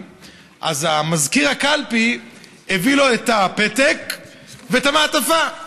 ומזכיר הקלפי הביא לו את הפתק ואת המעטפה.